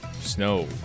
snow